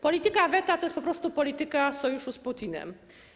Polityka weta to jest po prostu polityka sojuszu z Putinem.